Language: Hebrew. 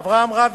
אברהם רביץ,